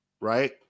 right